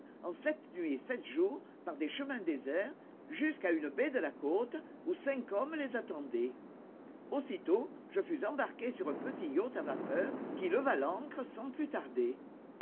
en sept nuits et sept jours par des chemins déserts jusqu'à une baie de la côte où cinq hommes les attendaient aussitôt je fus embarqué sur un petit yacht à vapeur qui leva l'ancre sans plus tarder